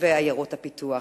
תושבי עיירות הפיתוח.